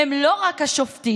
הם לא רק השופטים,